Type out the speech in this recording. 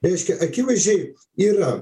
reiškia akivaizdžiai yra